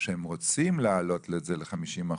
שהם רוצים להעלות את זה ל-50%,